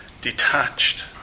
detached